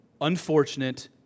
unfortunate